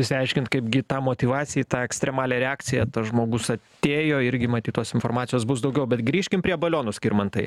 išsiaiškint kaipgi į tą motyvaciją į tą ekstremalią reakciją tas žmogus atėjo irgi matyt tos informacijos bus daugiau bet grįžkim prie balionų skirmantai